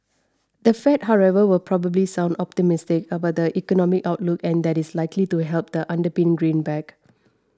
the Fed however will probably sound optimistic about the economic outlook and that is likely to help the underpin greenback